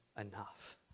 enough